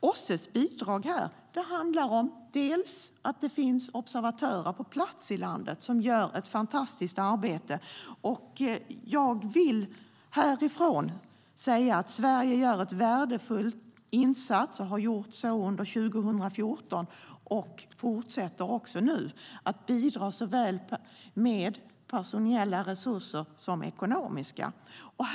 OSSE:s bidrag är till en del att det finns observatörer på plats i landet, som gör ett fantastiskt arbete. Jag vill här i riksdagen säga att Sverige gör en värdefull insats här. Vi har gjort så under 2014 och fortsätter också nu att bidra med såväl personella som ekonomiska resurser.